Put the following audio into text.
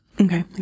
okay